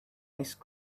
ice